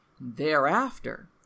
Thereafter